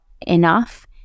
enough